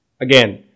Again